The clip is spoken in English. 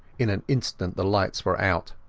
in an instant the lights were out.